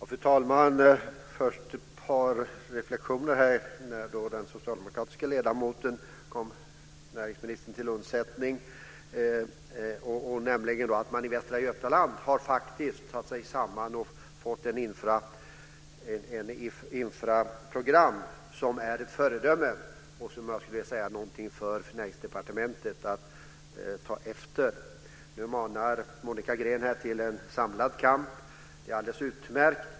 Fru talman! Först ett par reflexioner. När den socialdemokratiska ledamoten kom näringsministern till undsättning nämnde hon att man i Västra Götaland faktiskt har tagit sig samman och fått ett infraprogram som är ett föredöme och som jag skulle vilja säga är någonting för Finansdepartementet att ta efter. Nu manar Monica Green till en samlad kamp. Det är alldeles utmärkt.